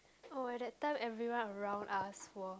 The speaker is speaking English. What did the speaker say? oh at that time everyone around us were